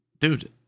Dude